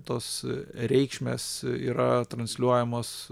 tos reikšmės yra transliuojamos